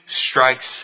strikes